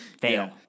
Fail